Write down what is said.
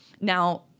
Now